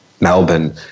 Melbourne